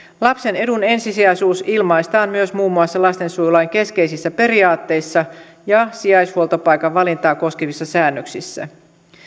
lapsen edun ensisijaisuus ilmaistaan myös muun muassa lastensuojelulain keskeisissä periaatteissa ja sijaishuoltopaikan valintaa koskevissa säännöksissä